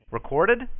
Recorded